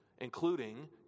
including